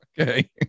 Okay